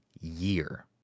year